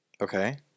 Okay